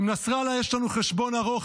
עם נסראללה יש לנו חשבון ארוך,